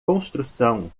construção